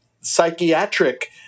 psychiatric –